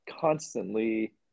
constantly